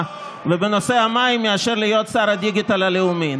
ובנושא המים מאשר להיות שר הדיגיטל הלאומי,